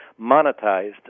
monetized